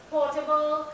Portable